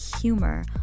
humor